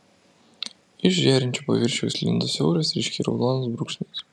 iš žėrinčio paviršiaus lindo siauras ryškiai raudonas brūkšnys